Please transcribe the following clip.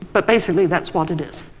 but basically that's what it is.